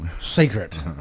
secret